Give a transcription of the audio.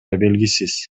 белгисиз